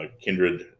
kindred